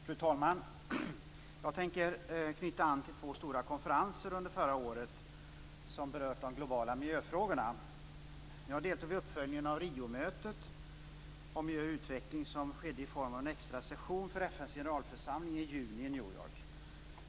Fru talman! Jag tänker knyta an till två stora konferenser under förra året som berört de globala miljöfrågorna. Jag deltog vid uppföljningen av Riomötet om miljö och utveckling som skedde i form av en extra session för FN:s generalförsamling i juni i New York.